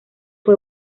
fue